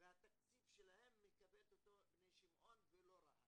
ואת התקציב שלהם מקבלת מועצה אזורית בני שמעון ולא רהט.